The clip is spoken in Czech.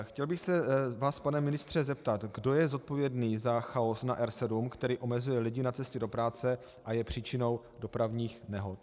Chtěl bych se vás, pane ministře zeptat: Kdo je zodpovědný za chaos na R7, který omezuje lidi na cestě do práce a je příčinou dopravních nehod?